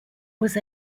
was